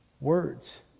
words